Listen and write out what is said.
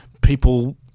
people